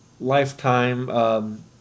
lifetime